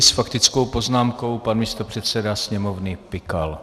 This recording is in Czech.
S faktickou poznámkou pan místopředseda Sněmovny Pikal.